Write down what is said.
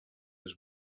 els